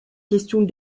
questions